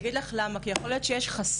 לא, אני אגיד לך למה: כי יכול להיות שיש חסם.